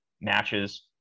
matches